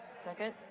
second.